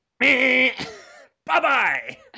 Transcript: Bye-bye